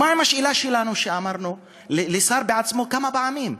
ומה עם השאלה שלנו שאמרנו לשר בעצמו כמה פעמים?